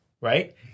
right